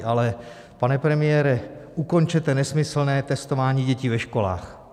Ale, pane premiére, ukončete nesmyslné testování dětí ve školách.